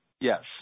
Yes